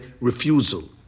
refusal